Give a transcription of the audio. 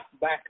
back